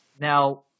now